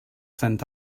sent